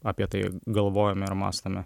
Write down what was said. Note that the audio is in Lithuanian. apie tai galvojame ir mąstome